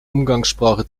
umgangssprache